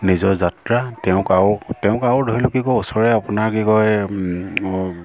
নিজৰ যাত্ৰা তেওঁক আৰু তেওঁক আৰু ধৰি লওক কি কয় ওচৰে আপোনাৰ কি কয়